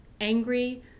angry